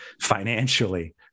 financially